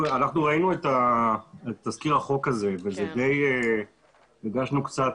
אנחנו ראינו את תזכיר החוק הזה והרגשנו קצת,